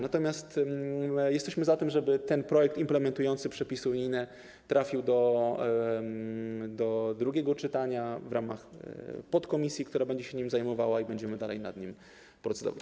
Natomiast jesteśmy za tym, żeby ten projekt implementujący przepisy unijne trafił do drugiego czytania w ramach podkomisji, która będzie się nim zajmowała, i będziemy dalej nad nim procedować.